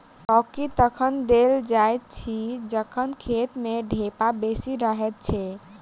चौकी तखन देल जाइत अछि जखन खेत मे ढेपा बेसी रहैत छै